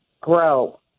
grow